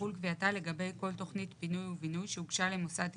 תחול קביעתה לגבי כל תכנית פינוי ובינוי שהוגשה למוסד תכנון,